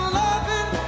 loving